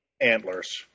Antlers